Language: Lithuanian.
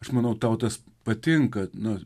aš manau tau tas patinka na